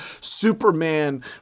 Superman